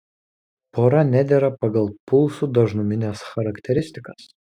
pora nedera pagal pulsų dažnumines charakteristikas